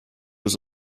was